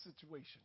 situation